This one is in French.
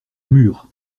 mur